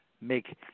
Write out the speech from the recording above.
make